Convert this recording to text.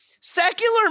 Secular